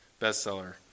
bestseller